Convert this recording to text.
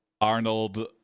Arnold